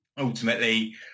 ultimately